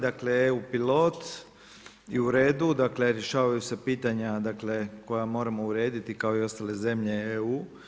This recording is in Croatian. Dakle, EU pilot i u redu, dakle rješavaju se pitanja, dakle koja moramo urediti kao i ostale zemlje EU.